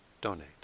donate